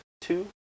two